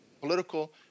political